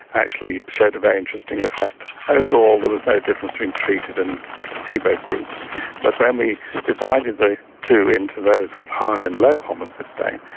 actually showed a very interesting effect. overall there was no difference between treated and placebo groups but when we divided the two into those with high and low homocysteine,